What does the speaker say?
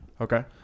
okay